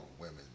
women